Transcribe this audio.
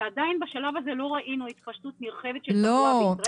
כשעדיין בשלב הזה לא ראינו התפשטות נרחבת של אומיקרון בישראל.